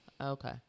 okay